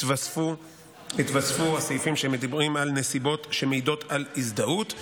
התווספו הסעיפים שמדברים על נסיבות שמעידות על הזדהות.